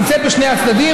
נמצאת בשני הצדדים.